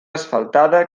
asfaltada